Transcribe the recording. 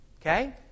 Okay